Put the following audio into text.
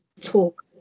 talk